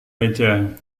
meja